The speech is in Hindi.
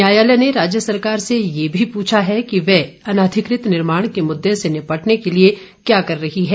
न्यायालय ने राज्य सरकार से यह भी पूछा है कि वह अनाधिकृत निर्माण के मुद्दे से निपटने के लिए क्या कर रही है